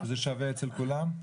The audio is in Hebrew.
שזה שווה בעצם אצל כולם?